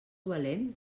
valent